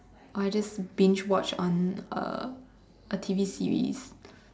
or I just binge watch on a a T_V series